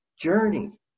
journey